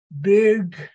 big